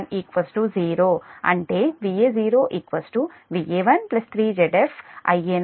అంటే Va0 Va1 3 Zf Ia0